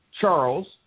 Charles